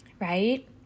right